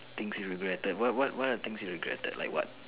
things you regretted what what what are the things you regretted like what